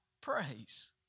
praise